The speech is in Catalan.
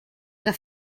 que